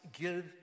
give